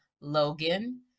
logan